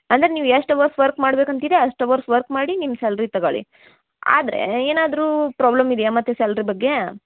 ಅಂದರೆ ನೀವು ಎಷ್ಟು ಅವರ್ಸ್ ವರ್ಕ್ ಮಾಡ್ಬೇಕು ಅಂತಿರಿ ಅಷ್ಟು ಅವರ್ಸ್ ವರ್ಕ್ ಮಾಡಿ ನಿಮ್ಮ ಸ್ಯಾಲ್ರಿ ತಗೋಳಿ ಆದರೆ ಏನಾದರು ಪ್ರಾಬ್ಲಮ್ ಇದಿಯ ಮತ್ತು ಸ್ಯಾಲ್ರಿ ಬಗ್ಗೆ